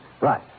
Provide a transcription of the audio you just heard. Right